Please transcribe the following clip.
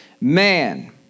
man